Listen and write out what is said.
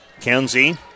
Kenzie